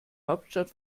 hauptstadt